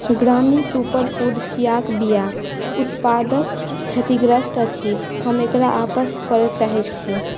ग्रामी सुपरफूड चियाक बिआ उत्पादक क्षतिग्रस्त अछि हम एकरा आपस करऽ चाहैत छी